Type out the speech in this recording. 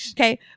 Okay